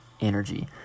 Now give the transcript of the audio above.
energy